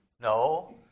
No